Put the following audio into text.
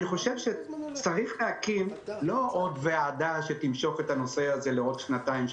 אני חושב שצריך להקים לא עוד ועדה שתמשוך את הנושא הזה לעוד שנתיים,